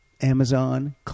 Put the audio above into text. Amazon